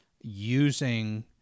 using—